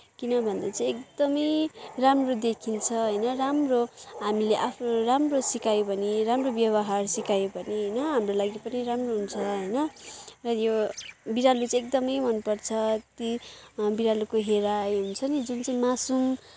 किनभने चाहिँ एकदमै राम्रो देखिन्छ होइन राम्रो हामीले आफ्नो राम्रो सिकायो भने राम्रो व्यवहार सिकायो भने होइन हाम्रो लागि पनि राम्रो हुन्छ होइन यो बिरालो चाहिँ एकदमै मनपर्छ ती बिरालोको हेराइ हुन्छ नि जुन चाहिँ मासुम